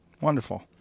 Wonderful